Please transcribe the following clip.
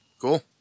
Cool